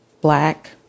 black